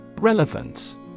Relevance